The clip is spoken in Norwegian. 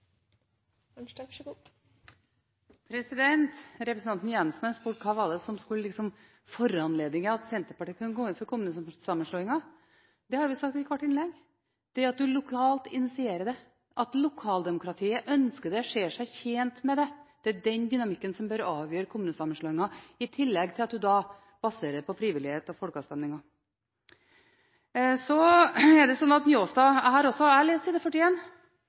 Representanten Jenssen spurte hva det var som skulle foranledige at Senterpartiet kunne gå inn for kommunesammenslåinger. Det har vi sagt i hvert innlegg. Det er at en initierer det lokalt, at lokaldemokratiet ønsker det, ser seg tjent med det. Det er den dynamikken som bør avgjøre kommunesammenslåinger, i tillegg til at en baserer det på frivillighet og folkeavstemninger. Så til Njåstad: Jeg har lest side 41 i innstillingen, og jeg har også lest fortsettelsen, der det